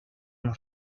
los